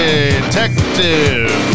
Detective